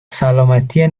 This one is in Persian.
سلامتی